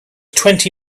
twenty